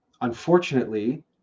Unfortunately